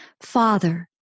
Father